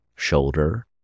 shoulder